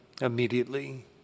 immediately